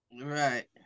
Right